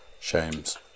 Shames